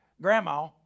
grandma